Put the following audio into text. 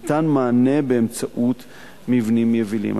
ניתן מענה באמצעות מבנים יבילים.